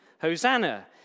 Hosanna